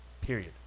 Period